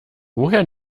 woher